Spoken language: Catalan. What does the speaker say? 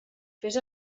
fes